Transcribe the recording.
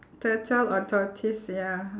turtle or tortoise ya